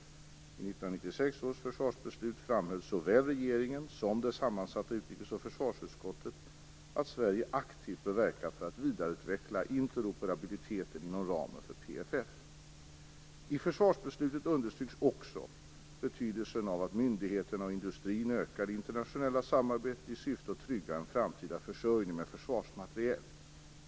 I 1996 års försvarsbeslut framhöll såväl regeringen som det sammansatta utrikes och försvarsutskottet att Sverige aktivt bör verka för att vidareutveckla interoperabiliteten inom ramen för PFF (prop. 1996/97:4, s. 87; bet. I försvarsbeslutet understryks också betydelsen av att myndigheterna och industrin ökar det internationella samarbete ti syfte att trygga en framtid försörjning med försvarsmateriel.